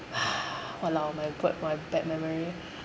!walao! my my bad memory